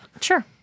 Sure